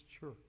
church